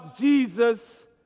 Jesus